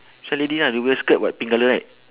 so lady ah you wear skirt [what] pink colour right